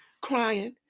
crying